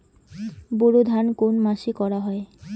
বোরো ধান কোন মাসে করা হয়?